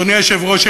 אדוני היושב-ראש,